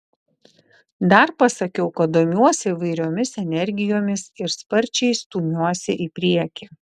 dar pasakiau kad domiuosi įvairiomis energijomis ir sparčiai stumiuosi į priekį